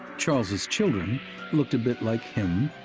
charles's children looked a bit like him